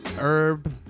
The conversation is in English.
Herb